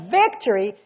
victory